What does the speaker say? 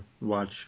watch